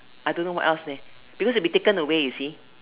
I don't know what else leh because it be taken away you see